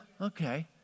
Okay